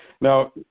now